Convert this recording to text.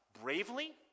bravely